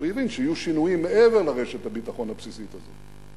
הוא הבין שיהיו שינויים מעבר לרשת הביטחון הבסיסית הזאת.